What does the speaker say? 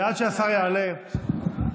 עד שהשר יעלה אני